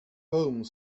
home